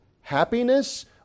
happiness